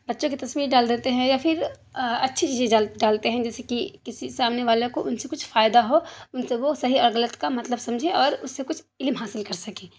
بچوں کی تصویر ڈال دیتے ہیں یا پھر اچھی چیزیں ڈالتے ہیں جیسے کہ کسی سامنے والا کو ان سے کچھ فائدہ ہو ان سے وہ صحیح یا غلط کا مطلب سمجھے اور اس سے کچھ علم حاصل کر سکے